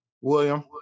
William